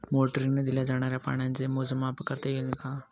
मोटरीने दिल्या जाणाऱ्या पाण्याचे मोजमाप करता येईल का?